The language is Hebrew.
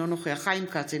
אינו נוכח חיים כץ,